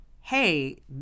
hey